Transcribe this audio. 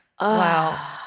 Wow